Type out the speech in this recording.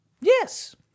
Yes